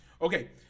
Okay